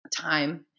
time